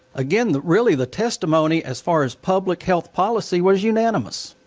again, really the testimony as far as public health policy was unanimous.